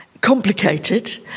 complicated